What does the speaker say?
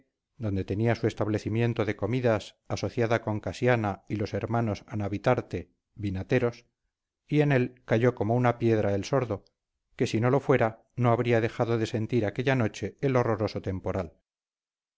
de sueño y quebranto de huesos saloma le dio un camastro en la casa de portugalete donde tenía su establecimiento de comidas asociada con casiana y los hermanos anabitarte vinateros y en él cayó como una piedra el sordo que si no lo fuera no habría dejado de sentir aquella noche el horroroso temporal